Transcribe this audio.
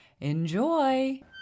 Enjoy